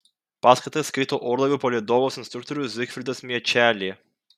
paskaitas skaito orlaivių palydovas instruktorius zigfridas miečelė